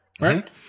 Right